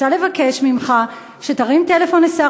אני רוצה לבקש ממך שתרים טלפון לשר